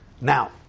Now